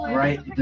right